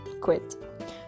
quit